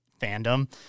fandom